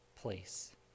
place